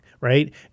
right